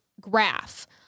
graph